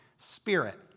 Spirit